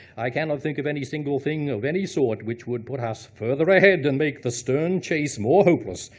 i cannot think of any single thing of any sort which would put us further ahead and make the stern chase more hopeless,